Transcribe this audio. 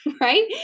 right